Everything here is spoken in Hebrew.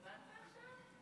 הבנת עכשיו?